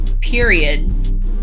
period